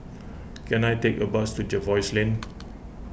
can I take a bus to Jervois Lane